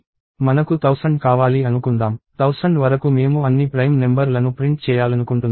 మనకు 1000 కావాలి అనుకుందాం 1000 వరకు మేము అన్ని ప్రైమ్ నెంబర్ లను ప్రింట్ చేయాలనుకుంటున్నాము